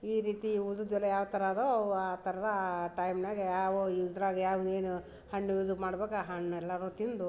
ಈ ರೀತಿ ಉಳ್ದದ್ದೆಲ್ಲ ಯಾವ ಥರ ಅದಾವೆ ಅವು ಆ ತರ್ದಾ ಟೈಮ್ನ್ಯಾಗೆ ಅವು ಇದ್ರಾಗ ಯಾವುದು ಏನು ಹಣ್ಣು ಯೂಝ್ ಮಾಡ್ಬೇಕ್ ಆ ಹಣ್ಣು ಎಲ್ಲನೂ ತಿಂದು